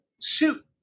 suit